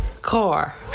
car